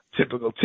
typical